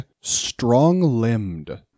strong-limbed